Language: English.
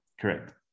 Correct